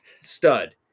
Stud